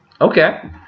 Okay